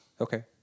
Okay